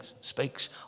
speaks